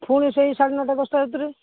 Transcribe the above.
ପୁଣି ସେଇ ସାଢ଼େ ନଅଟା ଦଶଟା ଭିତରେ